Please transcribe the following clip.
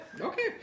okay